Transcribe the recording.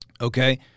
okay